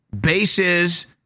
bases